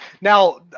now